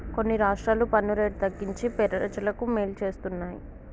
కొన్ని రాష్ట్రాలు పన్ను రేటు తగ్గించి ప్రజలకు మేలు చేస్తున్నాయి